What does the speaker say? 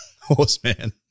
Horseman